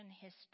history